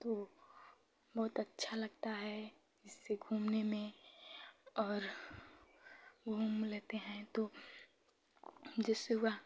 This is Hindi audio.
तो बहुत अच्छा लगता है इससे घूमने में और घूम लेते हैं तो जैसे वह